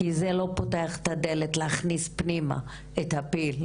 כי זה לא פותח את הדלת להכניס פנימה את הפיל,